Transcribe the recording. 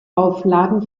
aufladen